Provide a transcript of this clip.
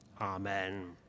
Amen